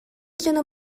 дьоно